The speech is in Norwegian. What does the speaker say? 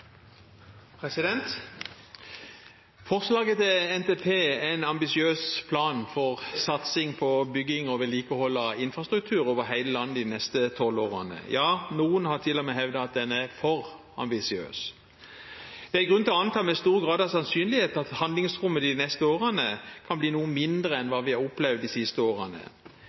Forslaget til NTP er en ambisiøs plan for satsing på bygging og vedlikehold av infrastruktur over hele landet de neste tolv årene. Ja, noen har til og med hevdet at den er for ambisiøs. Det er grunn til å anta, med stor grad av sannsynlighet, at handlingsrommet de neste årene kan bli noe mindre enn det vi har opplevd de siste årene.